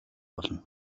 болно